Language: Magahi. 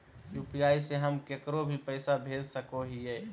यू.पी.आई से हम केकरो भी पैसा भेज सको हियै?